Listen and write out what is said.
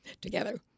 together